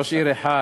ראש עיר אחד.